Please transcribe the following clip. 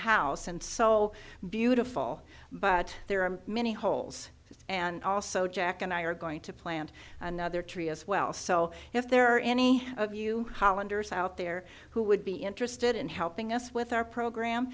house and so beautiful but there are many holes and also jack and i are going to plant another tree as well so if there are any of you hollanders out there who would be interested in helping us with our program